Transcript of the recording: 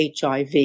HIV